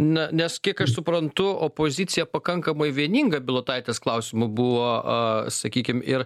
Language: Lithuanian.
na nes kiek aš suprantu opozicija pakankamai vieninga bilotaitės klausimu buvo sakykim ir